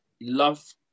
love